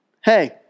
hey